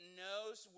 knows